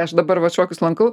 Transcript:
aš dabar vat šokius lankau